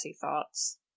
thoughts